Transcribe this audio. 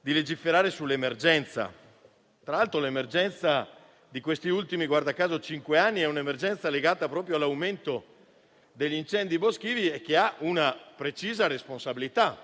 di legiferare sull'emergenza. Tra l'altro, guarda caso, l'emergenza di questi ultimi cinque anni è legata proprio all'aumento degli incendi boschivi, che ha una precisa responsabilità: